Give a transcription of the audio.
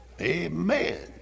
Amen